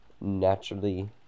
naturally